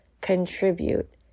contribute